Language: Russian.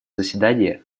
заседание